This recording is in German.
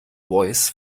voice